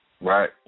Right